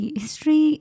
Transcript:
history